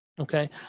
Okay